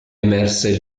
emerse